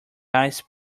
ice